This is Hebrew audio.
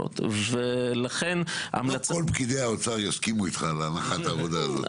לא כל פקידי האוצר יסכימו איתך על הנחת העבודה הזאת.